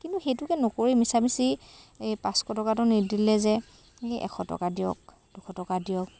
কিন্তু সেইটোকে নকৰি মিছা মিছি এই পাঁচশ টকাটো নিদিলে যে এই এশ টকা দিয়ক দুশ টকা দিয়ক